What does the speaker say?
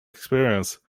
experience